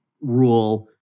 rule